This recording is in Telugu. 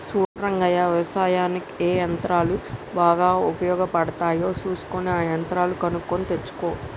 సూడు రంగయ్య యవసాయనిక్ ఏ యంత్రాలు బాగా ఉపయోగపడుతాయో సూసుకొని ఆ యంత్రాలు కొనుక్కొని తెచ్చుకో